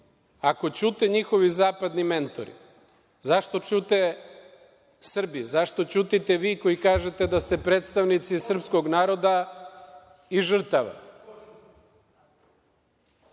ako ćute njihovi zapadni mentori, zašto ćute Srbi, zašto ćutite vi koji kažete da ste predstavnici srpskog naroda i